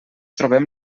trobem